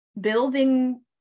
building